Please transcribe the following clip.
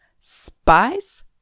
Spice